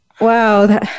wow